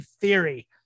Theory